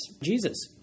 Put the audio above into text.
Jesus